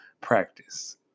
practice